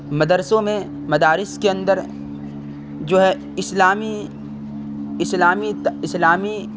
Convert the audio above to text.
مدرسوں میں مدارس کے اندر جو ہے اسلامی اسلامی اسلامی